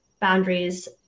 boundaries